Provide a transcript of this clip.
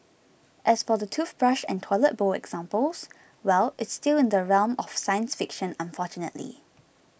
as for the toothbrush and toilet bowl examples well it's still in the realm of science fiction unfortunately